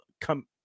come